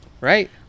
right